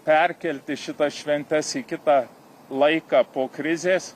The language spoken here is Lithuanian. perkelti šitas šventes į kitą laiką po krizės